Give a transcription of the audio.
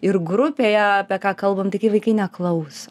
ir grupėje apie ką kalbam tai kai vaikai neklauso